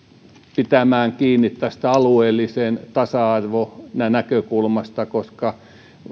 pitämään kiinni tästä alueellisen tasa arvon näkökulmasta koska